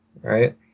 right